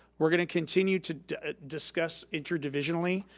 we're gonna continue to discuss interdivisionally,